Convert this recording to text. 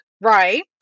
Right